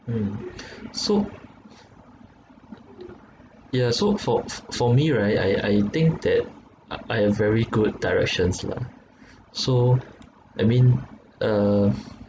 mm so yeah so for f~ for me right I I think that I I have very good directions lah so I mean uh